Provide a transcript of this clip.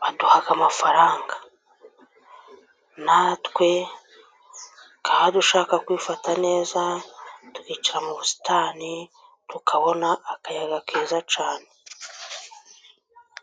baduha amafaranga. Natwe twaba dushaka shaka kwifata neza, tukicara mu busitani tukabona akayaga keza cyane.